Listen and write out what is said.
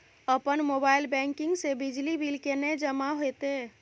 अपन mobile banking से बिजली बिल केने जमा हेते?